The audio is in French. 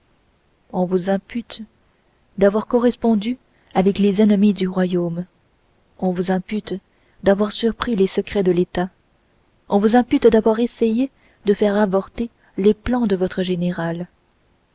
on vous impute d'avoir correspondu avec les ennemis du royaume on vous impute d'avoir surpris les secrets de l'état on vous impute d'avoir essayé de faire avorter les plans de votre général